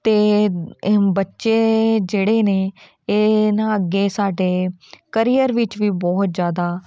ਅਤੇ ਬੱਚੇ ਜਿਹੜੇ ਨੇ ਇਹ ਨਾ ਅੱਗੇ ਸਾਡੇ ਕਰੀਅਰ ਵਿੱਚ ਵੀ ਬਹੁਤ ਜ਼ਿਆਦਾ